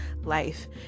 life